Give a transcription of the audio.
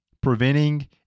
preventing